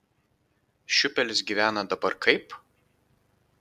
šiupelis gyvena dabar kaip